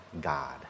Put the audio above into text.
God